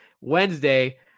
Wednesday